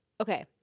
okay